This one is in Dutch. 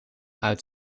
uit